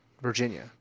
Virginia